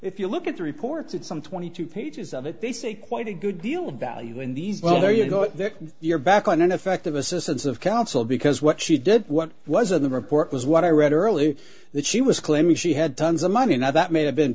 if you look at the reports that some twenty two pages of it they say quite a good deal of value in these well there you go if you're back on ineffective assistance of counsel because what she did what was in the report was what i read earlier that she was clearly she had tons of money now that may have been